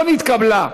לא נתקבלה.